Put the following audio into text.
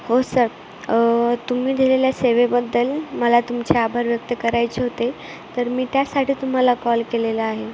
हो सर तुम्ही दिलेल्या सेवेबद्दल मला तुमचे आभार व्यक्त करायचे होते तर मी त्यासाठी तुम्हाला कॉल केलेला आहे